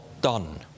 done